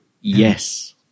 Yes